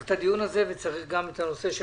את הדיון הזה וצריך גם את החקלאות.